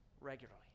regularly